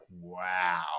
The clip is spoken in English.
wow